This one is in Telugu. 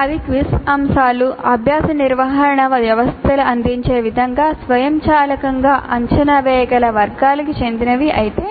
అన్ని క్విజ్ అంశాలు అభ్యాస నిర్వహణ వ్యవస్థలు అందించే విధంగా స్వయంచాలకంగా అంచనా వేయగల వర్గాలకు చెందినవి అయితే